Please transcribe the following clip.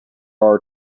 are